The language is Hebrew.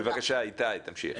בבקשה איתי, תמשיך.